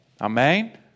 Amen